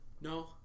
No